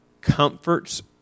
comforts